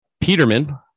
Peterman